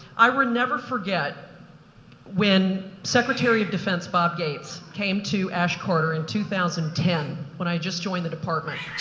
i will never forget when secretary of defense bob gates came to ash carter in two thousand and ten when i just joined the department.